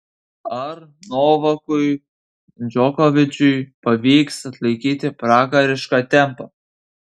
ar novakui džokovičiui pavyks atlaikyti pragarišką tempą